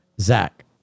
Zach